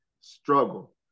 struggle